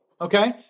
Okay